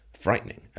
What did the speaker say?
frightening